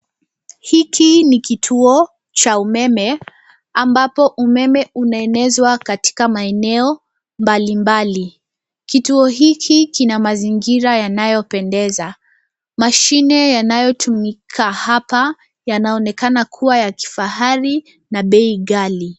Hiki ni kituo cha umeme ambapo umeme unaenezwa katika maeneo mbalimbali. Kituo hiki kina mazingira yanayopendeza. Mashine yanayotumika hapa yanaonekana kuwa ya kifahari na bei ghali.